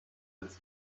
its